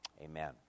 Amen